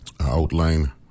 outline